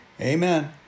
Amen